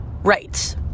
Right